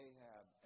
Ahab